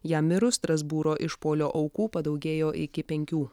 jam mirus strasbūro išpuolio aukų padaugėjo iki penkių